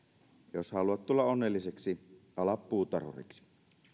jos haluat tulla onnelliseksi ala puutarhuriksi